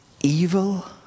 evil